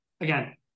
again